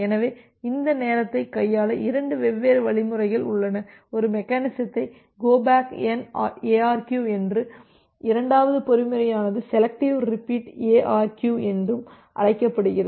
எனவே இந்த நேரத்தை கையாள இரண்டு வெவ்வேறு வழிமுறைகள் உள்ளன ஒரு மெக்கெனிசத்தை கோ பேக் என் எஆர்கியு என்றும் இரண்டாவது பொறிமுறையானது செலெக்டிவ் ரிப்பீட் எஆர்கியு என்றும் அழைக்கப்படுகிறது